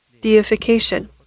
deification